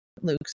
Luke's